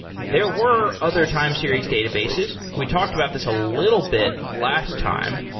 there were other time series databases. we talked about this a little bit last time,